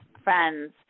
friends